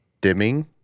dimming